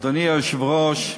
אדוני היושב-ראש,